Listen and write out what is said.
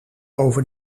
over